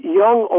young